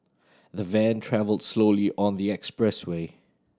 the van travelled slowly on the expressway